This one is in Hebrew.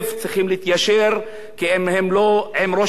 כי אם הם לא עם ראש הממשלה הם נגד ראש הממשלה.